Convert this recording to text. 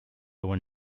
when